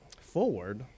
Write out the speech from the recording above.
forward